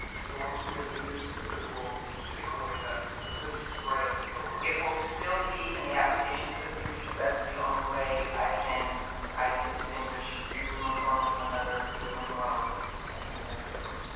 so once we get the new system, we'll take away that cause it's right at the door. it will still be in the application system because that's the only way i can i can distinguish you, reuben cologne, from another reuben cologne and in the system.